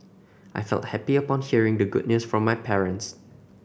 I felt happy upon hearing the good news from my parents